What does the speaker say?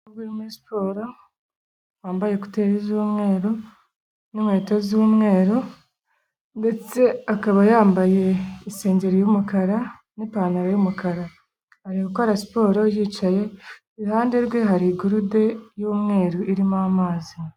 Umuhungu uri muri siporo wambaye ekuteri z'umweru n'inkweto z'umweru ndetse akaba yambaye isengeri y'umukara n'ipantaro y'umukara, ari gukora siporo yicaye iruhande rwe hari gurude y'umweru irimo amazi.